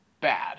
bad